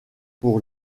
pour